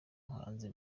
muhanzi